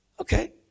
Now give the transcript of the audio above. Okay